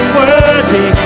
worthy